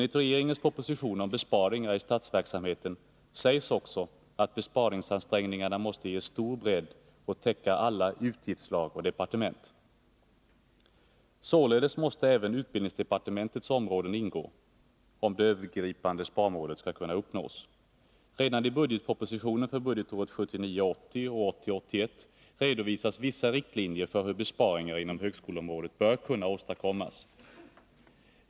I regeringens proposition om besparingar i statsverksamheten sägs också att besparingsansträngningarna måste ges stor bredd och täcka alla utgiftsslag och departement. Således måste även utbildningsdepartementets områden ingå, om det övergripande sparmålet skall kunna uppnås. Redan i budgetpropositionen för budgetåren 1979 81 redovisas vissa riktlinjer för hur besparingar inom högskoleområdet bör kunna åstadkommas.